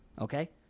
okay